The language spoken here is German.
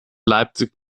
leipzig